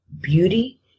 beauty